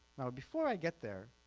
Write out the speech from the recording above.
now before i get there,